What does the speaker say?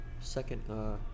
second